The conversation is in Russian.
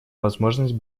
возможность